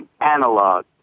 analog